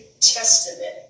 Testament